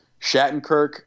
Shattenkirk